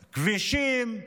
כבישים,